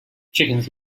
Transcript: chickens